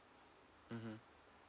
mmhmm